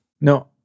No